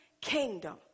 kingdom